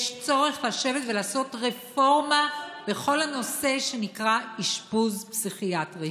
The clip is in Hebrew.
יש צורך לשבת ולעשות רפורמה בכל הנושא שנקרא אשפוז פסיכיאטרי.